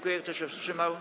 Kto się wstrzymał?